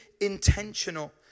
intentional